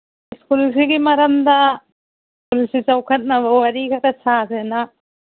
ꯁ꯭ꯀꯨꯜꯁꯤꯒꯤ ꯃꯔꯝꯗ ꯁ꯭ꯀꯨꯜꯁꯤ ꯆꯥꯎꯈꯠꯅꯕ ꯋꯥꯔꯤ ꯈꯔ ꯁꯥꯁꯦꯅ